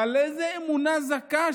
אבל איזו אמונה זכה,